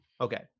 Okay